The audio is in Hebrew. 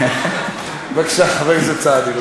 בבקשה, חבר הכנסת סעדי.